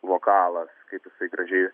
vokalas kaip jisai gražiai